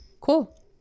Cool